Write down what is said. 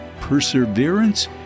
perseverance